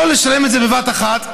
או לשלם בבת-אחת,